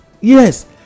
Yes